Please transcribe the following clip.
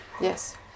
Yes